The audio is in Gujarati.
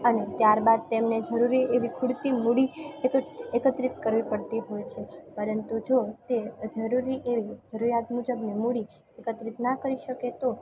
અને ત્યારબાદ તેમને જરૂરી એવી પૂરતી મૂડી એકત્એરી કત્રિત કરવી પડતી હોય છે પરંતુ જો તે જરૂરી એવી જરૂરિયાત મુજબની મૂડી એકત્રિત ના કરી શકે તો